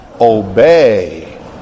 Obey